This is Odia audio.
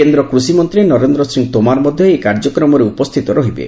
କେନ୍ଦ୍ର କୃଷିମନ୍ତ୍ରୀ ନରେନ୍ଦ୍ର ସିଂହ ତୋମାର ମଧ୍ୟ ଏହି କାର୍ଯ୍ୟକ୍ରମରେ ଉପସ୍ଥିତ ରହିବେ